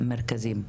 המרכזים?